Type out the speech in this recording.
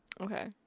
Okay